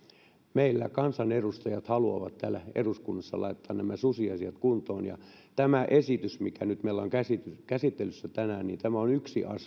meillä kansanedustajat haluavat täällä eduskunnassa laittaa nämä susiasiat kuntoon tämä esitys mikä nyt meillä on käsittelyssä käsittelyssä on yksi